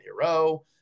Hero